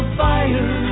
fire